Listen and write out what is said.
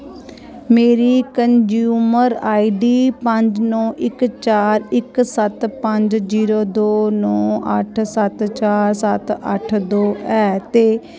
मेरी consumer ID पंज नौ इक चार इक सत्त पंज जीरो दो नौ अट्ठ सत्त चार सत्त अट्ठ दो ऐ ते